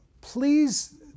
please